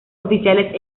oficiales